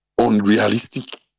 unrealistic